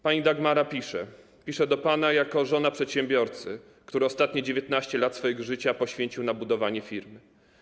Pani Dagmara pisze: Piszę do pana jako żona przedsiębiorcy, który ostatnie 19 lat swojego życia poświęcił budowaniu firmy.